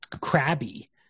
crabby